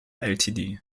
ltd